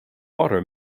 water